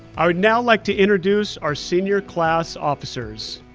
i would now like to introduce our senior class officers,